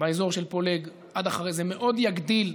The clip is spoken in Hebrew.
באזור של פולג עד אחרי, זה מאוד יגדיל.